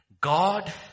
God